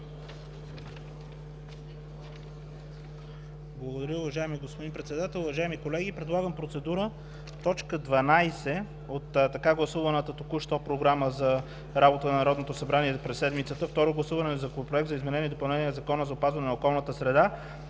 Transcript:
Благодаря. Уважаеми господин Председател, уважаеми колеги! Предлагам процедура точка дванадесет от така гласуваната току що Програма за работа на Народното събрание през седмицата, Второто гласуване на Законопроекта за изменение и допълнение на Закона за опазване на околната среда